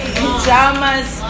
pajamas